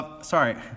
Sorry